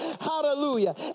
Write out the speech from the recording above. Hallelujah